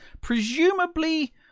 presumably